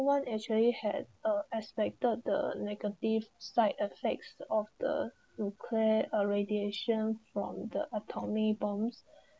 one actually had uh expected the negative side effects of the nuclear uh radiation from the autonomy bombs